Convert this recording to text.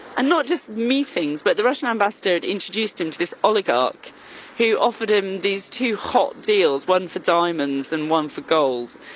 and not just meetings, but the russian ambassador had introduced him to this oligarch who offered him these two hot deals, one for diamonds and one for gold.